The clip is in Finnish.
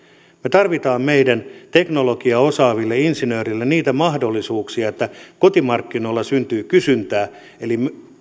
tarvitsemme meidän teknologiaa osaaville insinööreille niitä mahdollisuuksia että kotimarkkinoilla syntyy kysyntää eli